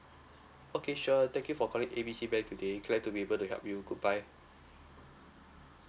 okay sure thank you for calling A B C bank today glad to be able to help you goodbye